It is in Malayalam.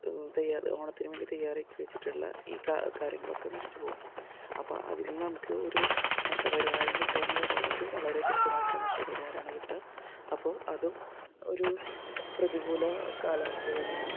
ഓണത്തിന് വേണ്ടി തയ്യാറാക്കി വച്ചിട്ടുള്ള ഈ കാര്യങ്ങളൊക്കെ നശിച്ചു പോകും അപ്പം അതിൽ നിന്ന് നമുക്കൊരു നഷ്ടപരിഹാരം കിട്ടുക എന്ന് പറയണത് വളരെ തുച്ഛമായിട്ടുള്ള നഷ്ടപരിഹാരമാണ് കിട്ടുക അപ്പോൾ അതും ഒരു പ്രതികൂല കാലാവസ്ഥ തന്നെയാണ്